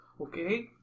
okay